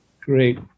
Great